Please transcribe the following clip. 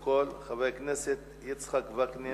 מאוד, וכמה סמויות על גגות הבתים.